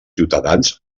ciutadans